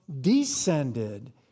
descended